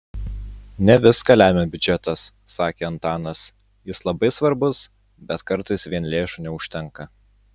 ne viską lemia biudžetas sakė antanas jis labai svarbus bet kartais vien lėšų neužtenka